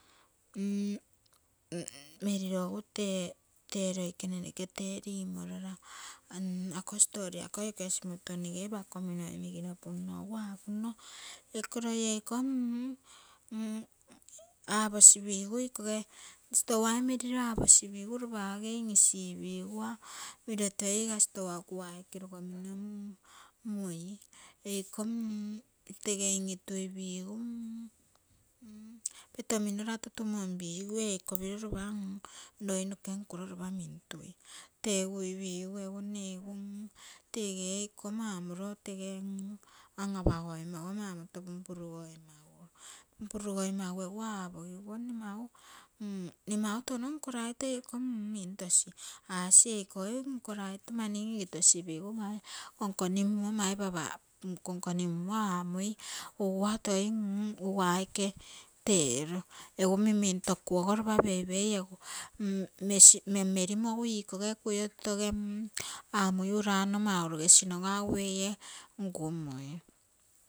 Meriro egu tee, tee loikene noke tei limorara ako story ako ikoge simoto nege apakominoi migino pumno egu apumno eke loi eiko aposipisu ikoge, store ee meriro aposipisu lopa ege in-isipogua, miro toi iga store kuga aike logomino mui, eiko tege in-ituipigu petomino lato tumonpigu eiko piro lopa loi noke nkuro lopa mintui tepuipisu mne ege tege iko mau moriro tege an-apagoimaguo; mau nomoto pumpururugoimaguo, pumpururugoimagu egu aopogiguo mne mau, mne mau touno nkoraito eiko mintosi asi eikoi nkorai to mani in-itusige mai komkonimuino aamui ugu toi aike tero, egu minmitokuogo lopa peipei egu memmeumo egu ikoge kuio totoge amui ura nno maurogesinoga egu eie ngumui.